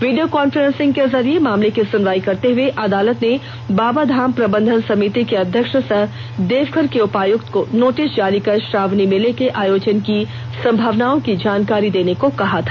video conferencing के जरिये मामले की सुनवाई करते हुए अदालत ने बाबाधाम प्रबंधन समिति की अध्यक्ष सह देवघर के उपायुक्त को नोटिस जारी कर श्रावणी मेले के आयोजन की संभावनाओं की जानकारी देने को कहा था